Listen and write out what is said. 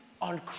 on